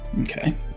Okay